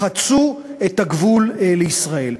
חצו את הגבול לישראל.